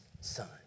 son